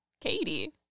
Katie